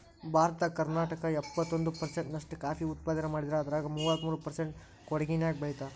ಭಾರತದಾಗ ಕರ್ನಾಟಕ ಎಪ್ಪತ್ತೊಂದ್ ಪರ್ಸೆಂಟ್ ನಷ್ಟ ಕಾಫಿ ಉತ್ಪಾದನೆ ಮಾಡಿದ್ರ ಅದ್ರಾಗ ಮೂವತ್ಮೂರು ಪರ್ಸೆಂಟ್ ಕೊಡಗಿನ್ಯಾಗ್ ಬೆಳೇತಾರ